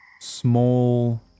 small